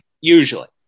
usually